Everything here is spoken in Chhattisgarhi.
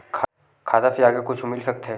खाता से आगे कुछु मिल सकथे?